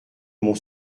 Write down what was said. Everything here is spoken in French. mon